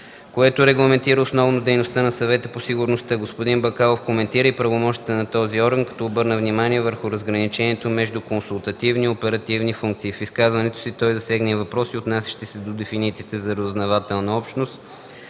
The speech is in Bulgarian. което регламентира основно дейността на Съвета по сигурността. Господин Бакалов коментира и правомощията на този орган, като обърна внимание върху разграничението между консултативни и оперативни функции. В изказването си той засегна и въпроси, отнасящи се до дефинициите за „разузнавателна общност”